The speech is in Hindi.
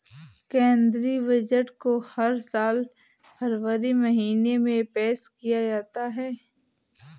केंद्रीय बजट को हर साल फरवरी महीने में पेश किया जाता है